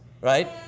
Right